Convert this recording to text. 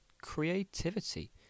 creativity